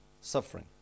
suffering